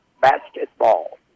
basketball